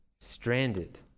stranded